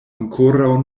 ankoraŭ